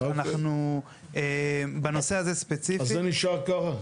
אנחנו בנושא הזה ספציפית --- אז זה נשאר ככה?